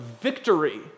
victory